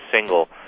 single